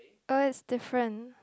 oh is different